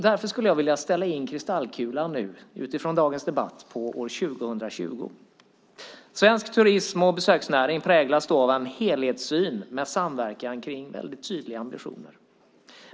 Därför skulle jag vilja ställa in kristallkulan utifrån dagens debatt på år 2020. Svensk turism och besöksnäring präglas då av en helhetssyn med samverkan kring väldigt tydliga ambitioner.